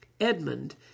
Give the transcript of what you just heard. Edmund